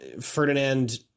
Ferdinand